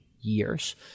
years